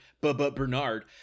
but-but-bernard